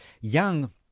young